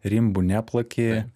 rimbu neplaki